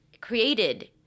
created